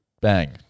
bang